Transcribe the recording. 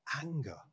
Anger